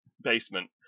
basement